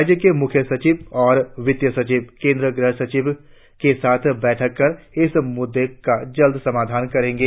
राज्य के मुख्य सचिव और वित्तीय सचिव केंद्रीय गृह सचिव के साथ बैठक कर इस मुद्दे का जल्द समाधान करेंगे